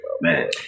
Man